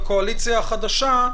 הקואליציה החדשה,